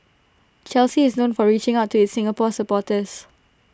Chelsea is known for reaching out to its Singapore supporters